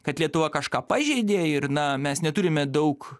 kad lietuva kažką pažeidė ir na mes neturime daug